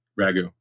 Ragu